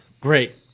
Great